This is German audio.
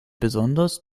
besonders